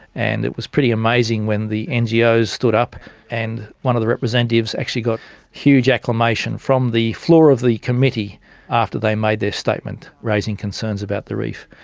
and it was pretty amazing when the ngos and ah stood up and one of the representatives actually got huge acclamation from the floor of the committee after they made their statement raising concerns about the reef.